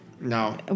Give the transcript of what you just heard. No